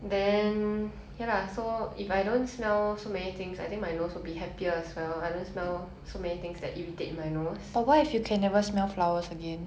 things I think my nose will be happier as well I don't smell so many things that irritate my nose it's okay I don't smell flowers anyway